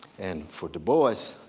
and for du bois,